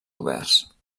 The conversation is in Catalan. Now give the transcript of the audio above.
oberts